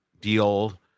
deal